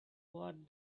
what